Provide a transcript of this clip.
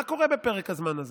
מה קורה בפרק הזמן הזה?